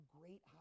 great